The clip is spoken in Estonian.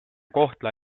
kohtla